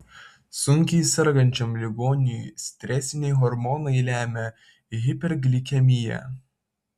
sunkiai sergančiam ligoniui stresiniai hormonai lemia hiperglikemiją